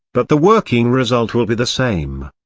but the working result will be the same.